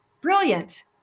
brilliant